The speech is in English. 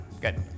Good